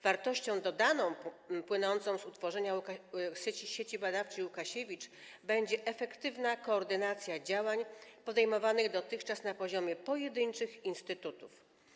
Wartością dodaną płynącą z utworzenia Sieci Badawczej Łukasiewicz będzie efektywna koordynacja działań podejmowanych dotychczas na poziomie pojedynczych instytutów.